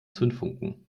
zündfunken